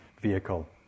vehicle